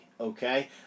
okay